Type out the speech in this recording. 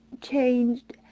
changed